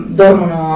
dormono